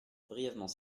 brièvement